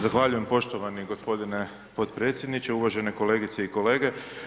Zahvaljujem poštovani g. potpredsjedniče, uvažene kolegice i kolege.